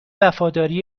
وفاداری